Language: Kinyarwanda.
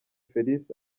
felix